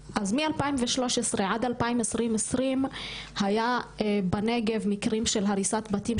משנת 2013 ועד שנת 2020 היו בנגב 13,265 מקרים של הריסת בתים